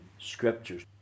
Scriptures